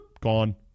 gone